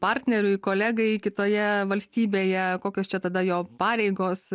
partneriui kolegai kitoje valstybėje kokios čia tada jo pareigos